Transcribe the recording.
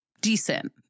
Decent